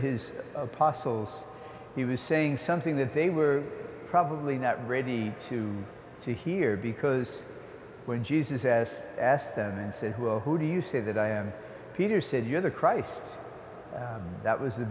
his apostles he was saying something that they were probably not ready to to hear because when jesus as asked and said who do you say that i am peter said you're the christ that was